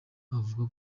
avuga